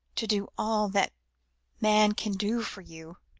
to do all that man can do for you.